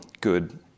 good